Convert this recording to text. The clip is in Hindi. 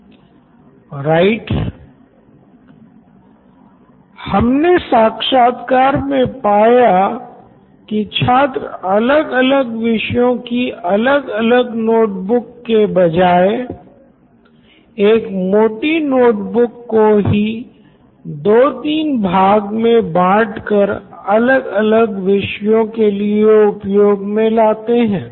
professor right Siddharth Maturi CEO Knoin electronics हमने अपने साक्षात्कार मे पाया की छात्र अलग अलग विषयों की अलग अलग नोट बुक के बजाय एक मोटी नोट बुक को ही दो तीन भाग मे बाँट कर अलग अलग विषयों के लिए उपयोग मे लाते हैं